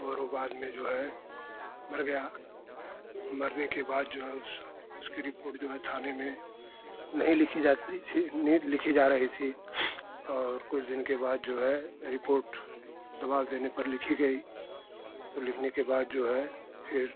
और वो बाद में जो है मर गया मरने के बाद जो है उस उसकी रिपोर्ट जो है थाने में नहीं लिखी जाती थी नहीं लिखी जा रही थी और कुछ दिन के बाद जो है रिपोट दबाव देने पर लिखी गई लिखने के बाद जो है फिर